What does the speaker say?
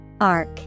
Arc